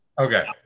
Okay